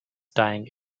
dying